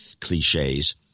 cliches